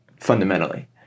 fundamentally